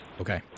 Okay